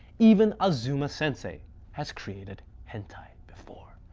even azuma-sensei has created hentai before,